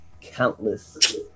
countless